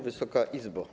Wysoka Izbo!